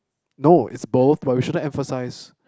no is both provisional emphasize